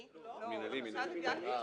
המנהלי --- המרכז לגביית קנסות